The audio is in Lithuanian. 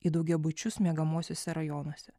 į daugiabučius miegamuosiuose rajonuose